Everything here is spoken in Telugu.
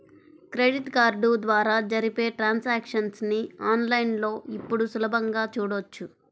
క్రెడిట్ కార్డు ద్వారా జరిపే ట్రాన్సాక్షన్స్ ని ఆన్ లైన్ లో ఇప్పుడు సులభంగా చూడొచ్చు